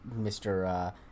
Mr